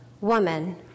Woman